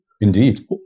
Indeed